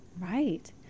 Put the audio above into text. Right